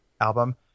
album